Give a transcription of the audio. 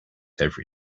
every